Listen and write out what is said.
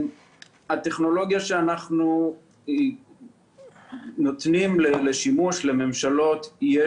הטכנולוגיה שאנחנו נותנים לממשלות לשימוש,